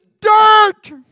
dirt